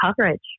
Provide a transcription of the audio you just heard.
coverage